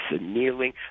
kneeling